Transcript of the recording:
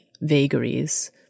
vagaries